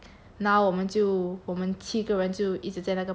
now 我们就我们七个人就一直在那个班